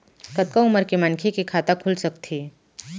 कतका उमर के मनखे के खाता खुल सकथे?